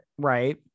right